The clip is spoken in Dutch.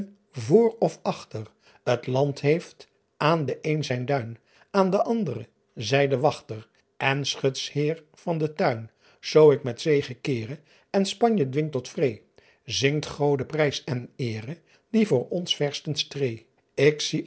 voor of achter t ant heeft aen d een zy duin en d andre zy den wachter n chutsheer van den tuin oo ik met zege keere n panje dwing tot vreê ingt ode prijs en eere ie voor ons vesten streê k zie